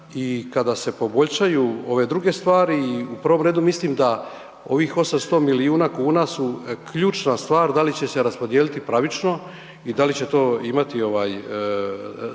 I kada se poboljšaju ove druge stvari i u prvom redu mislim da ovih 800 milijuna kuna su ključna stvar da li će se raspodijeliti pravično i da li će to imati smisla